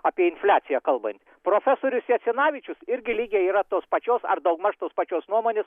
apie infliaciją kalbant profesorius jasinavičius irgi lygiai yra tos pačios ar daugmaž tos pačios nuomonės